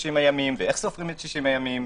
ואיך סופרים את 60 הימים.